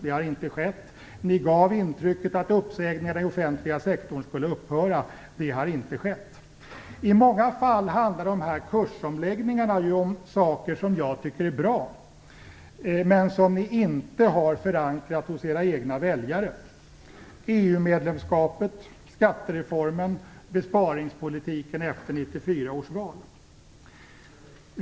Det har inte skett. Ni gav intrycket att uppsägningar i den offentliga sektorn skulle upphöra. Det har inte skett. I många fall handlar dessa kursomläggningar om saker som jag tycker är bra men som ni inte har förankrat hos era egna väljare. Det gäller EU-medlemskapet, skattereformen och besparingspolitiken efter 1994 års val.